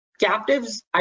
Captives